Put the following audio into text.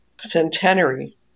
centenary